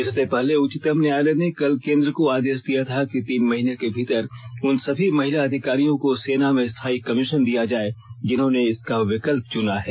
इससे पहले उच्चतम न्यायालय ने कल केन्द्र को आदेश दिया कि तीन महीने के भीतर उन सभी महिला अधिकारियों को सेना में स्थाई कमीशन दिया जाए जिन्होंने इसका विकल्प चुना है